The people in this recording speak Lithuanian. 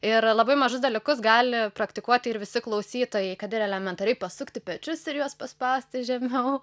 ir labai mažus dalykus gali praktikuoti ir visi klausytojai kad ir elementariai pasukti pečius ir juos paspausti žemiau